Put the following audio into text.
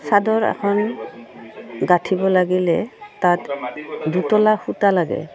চাদৰ এখন গাঁঠিব লাগিলে তাত দুতলা সূতা লাগে